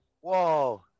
Whoa